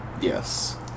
yes